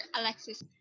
Alexis